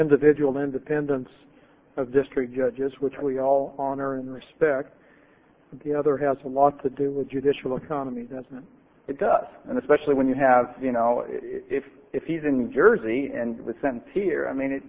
individual independence of district judges which we all honor and respect the other has a lot to do with judicial economy doesn't it does and especially when you have you know if he's in new jersey in the sense here i mean it